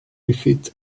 refit